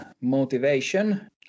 motivation